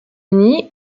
uni